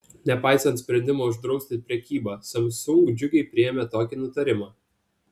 nepaisant sprendimo uždrausti prekybą samsung džiugiai priėmė tokį nutarimą